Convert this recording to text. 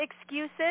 excuses